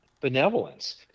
benevolence